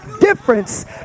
difference